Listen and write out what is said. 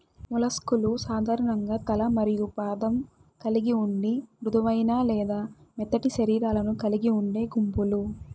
mollusc లు సాధారణంగా తల మరియు పాదం కలిగి ఉండి మృదువైన లేదా మెత్తటి శరీరాలను కలిగి ఉండే గుంపులు